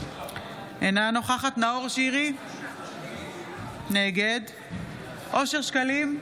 אינה נוכחת נאור שירי, נגד אושר שקלים,